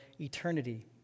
eternity